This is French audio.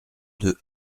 deux